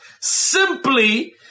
simply